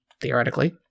theoretically